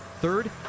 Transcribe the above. Third